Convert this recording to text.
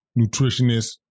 nutritionist